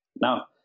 Now